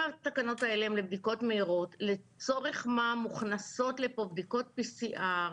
הן לבדיקות מהירות לצורך מה מוכנסות לפה בדיקות PCR,